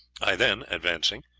i then, advancing,